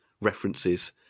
references